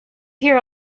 here